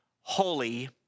holy